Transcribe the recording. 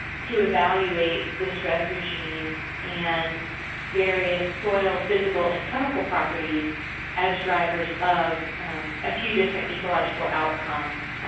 to evaluate the stress regime and various soil physical and chemical properties as drivers of a few different ecological outcomes.